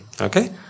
Okay